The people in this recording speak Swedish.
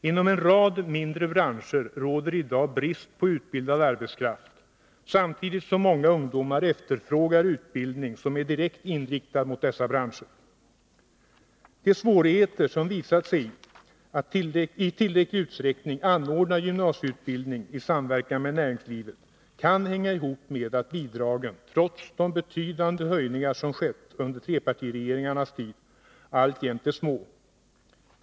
Inom en rad mindre branscher råder i dag brist på utbildad arbetskraft samtidigt som många ungdomar efterfrågar utbildning som är direkt inriktad på dessa branscher; De svårigheter som visat sig att i tillräcklig utsträckning anordna gymnasieutbildning i samverkan med näringslivet kan hänga ihop med att bidragen — trots de betydande höjningar som skett under trepartiregeringarnas tid — alltjämt är små.